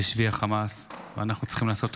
בשבי החמאס ואנחנו צריכים לעשות הכול,